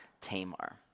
Tamar